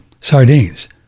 sardines